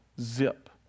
zip